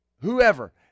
whoever